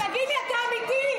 תגיד לי, אתה אמיתי?